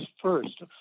first